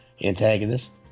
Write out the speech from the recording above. antagonist